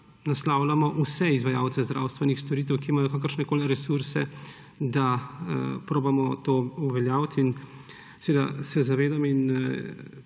naslavljamo vse izvajalce zdravstvenih storitev, ki imajo kakršnekoli resurse, da poskusimo to uveljaviti. Se zavedamo in